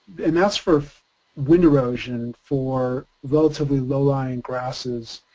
and that's for wind erosion for relatively low-lying grasses.